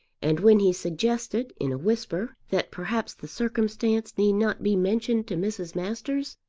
and when he suggested in a whisper that perhaps the circumstance need not be mentioned to mrs. masters,